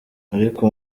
ariko